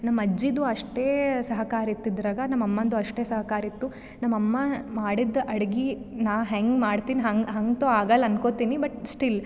ನಮ್ಮ ಅಜ್ಜಿದೂ ಅಷ್ಟೇ ಸಹಕಾರ ಇತ್ತು ಇದರಾಗೆ ನಮ್ಮ ಅಮ್ಮಂದು ಅಷ್ಟೇ ಸಹಕಾರ ಇತ್ತು ನಮ್ಮ ಅಮ್ಮ ಮಾಡಿದ ಅಡ್ಗೆ ನಾ ಹಂಗೆ ಮಾಡ್ತೀನಿ ಹಂಗೆ ಹಂಗ್ತೊ ಆಗೋಲ್ಲ ಅಂದ್ಕೊಳ್ತೀನಿ ಬಟ್ ಸ್ಟಿಲ್